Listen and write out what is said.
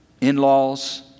in-laws